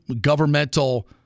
governmental